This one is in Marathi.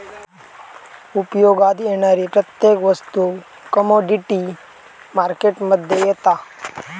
उपयोगात येणारी प्रत्येक वस्तू कमोडीटी मार्केट मध्ये येता